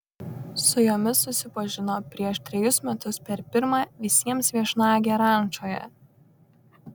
su jomis susipažino prieš trejus metus per pirmą visiems viešnagę rančoje